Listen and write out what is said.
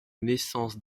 naissance